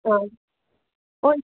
ꯑꯥ ꯍꯣꯏ